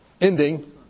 ending